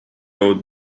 old